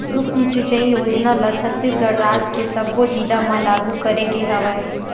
सुक्ष्म सिचई योजना ल छत्तीसगढ़ राज के सब्बो जिला म लागू करे गे हवय